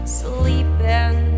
sleeping